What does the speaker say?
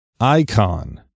icon